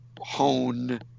hone